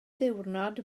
ddiwrnod